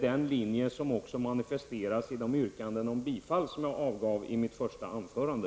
Denna linje manifesteras också i de yrkanden om bifall som jag framställde i mitt inledningsanförande.